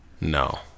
No